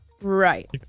right